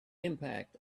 impact